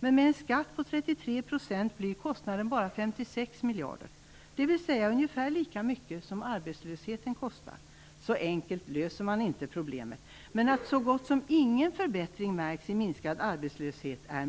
Men med en skatt på 33 % blir kostnaden bara 56 miljarder, dvs. ungefär lika mycket som arbetslösheten kostar. Så enkelt löser man inte problemet. Men det är märkligt att så gott som ingen förbättring märks i minskad arbetslöshet.